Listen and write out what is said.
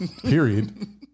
period